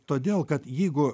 todėl kad jeigu